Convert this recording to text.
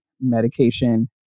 medication